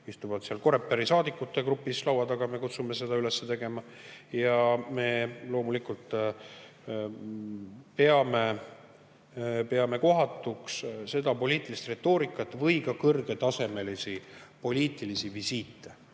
COREPER‑i saadikute grupis laua taga, seal me kutsume seda üles tegema. Ja me loomulikult peame kohatuks seda poliitilist retoorikat või ka kõrgetasemelisi poliitilisi visiite,